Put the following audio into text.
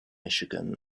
michigan